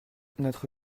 notre